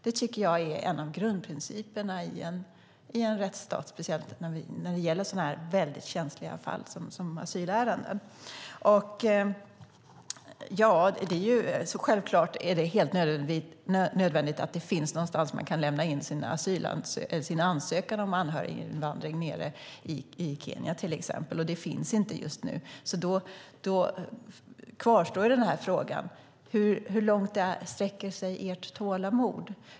Det tycker jag är en av grundprinciperna i en rättsstat, speciellt när det gäller sådana här känsliga fall som asylärenden. Självklart är det helt nödvändigt att det finns någonstans där man kan lämna in sin ansökan om anhöriginvandring till exempel nere i Kenya. Det finns inte just nu. Frågan kvarstår: Hur långt sträcker sig ert tålamod?